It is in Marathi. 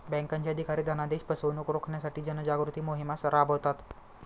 बँकांचे अधिकारी धनादेश फसवणुक रोखण्यासाठी जनजागृती मोहिमाही राबवतात